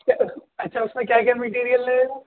اچھا اس میں کیا کیا میٹیریل لگے گا